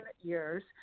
years